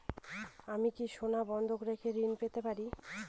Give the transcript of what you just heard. আমি কি সোনা বন্ধক রেখে ঋণ পেতে পারি?